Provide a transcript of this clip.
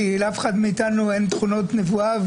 כי לאף אחד אין תכונות נבואה,